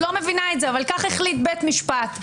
לא מבינה - אבל כך החליט בית משפט.